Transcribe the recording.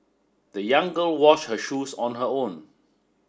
the young girl wash her shoes on her own